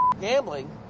Gambling